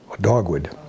Dogwood